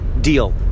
deal